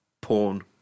Porn